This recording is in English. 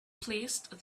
placed